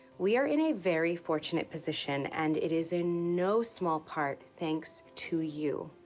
we are in a very fortunate position, and it is in no small part thanks to you.